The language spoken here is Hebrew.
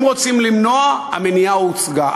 אם רוצים למנוע, המניעה הושגה.